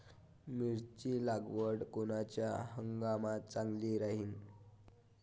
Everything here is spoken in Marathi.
मिरची लागवड कोनच्या हंगामात चांगली राहीन?